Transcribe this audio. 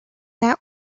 that